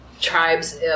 tribes